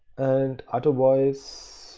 and otherwise,